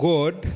God